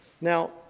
Now